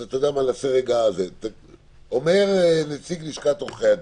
אומר נציג לשכת עורכי הדין,